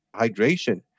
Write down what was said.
hydration